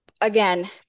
Again